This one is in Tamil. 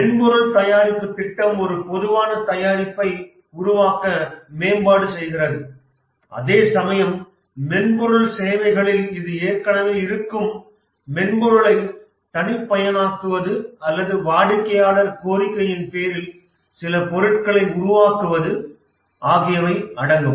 மென்பொருள் தயாரிப்பு திட்டம் ஒரு பொதுவான தயாரிப்பை உருவாக்க மேம்பாடு செய்கிறது அதேசமயம் மென்பொருள் சேவைகளில் இது ஏற்கனவே இருக்கும் மென்பொருளைத் தனிப்பயனாக்குவது அல்லது வாடிக்கையாளர் கோரிக்கையின் பேரில் சில பொருட்களை உருவாக்குவது ஆகியவை அடங்கும்